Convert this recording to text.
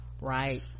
right